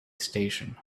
station